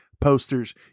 posters